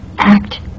act